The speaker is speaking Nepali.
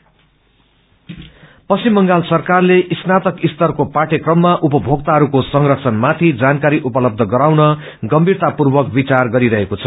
कन्ज्यूमर पश्चिम बंगाल सरकारले स्नातक स्तरको पाठयक्रममा उपभोक्ताहरूको संरखण माथि जानकारी उपलब्ब गराउन गम्भीरतापूर्वक विचार गरिरहेको छ